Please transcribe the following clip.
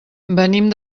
venim